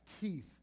teeth